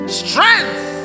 strength